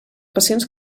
passions